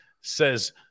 says